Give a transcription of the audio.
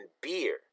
beer